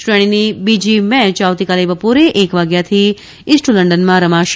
શ્રેણીની બીજી મેચ આવતીકાલે બપોરે એક વાગ્યાથી ઇસ્ટ લંડનમાં રમાશે